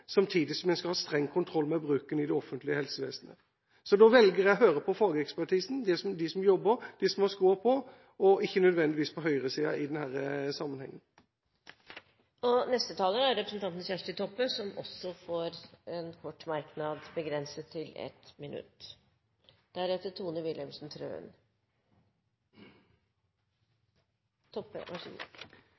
samtidig som en skal ha streng kontroll med bruken i det offentlige helsevesenet. Da velger jeg å høre på fagekspertisen, de som jobber, de som har skoen på, og ikke nødvendigvis på høyresiden i denne sammenhengen. Representanten Kjersti Toppe har hatt ordet to ganger og får ordet til en kort merknad, begrenset til 1 minutt.